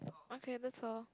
okay that's all